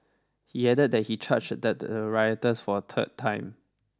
he added that he charged at the rioters for a third time